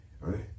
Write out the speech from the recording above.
right